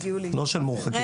לא של מורחקים.